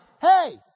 Hey